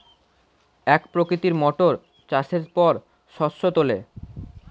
এক প্রকৃতির মোটর চাষের পর শস্য তোলে